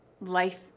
life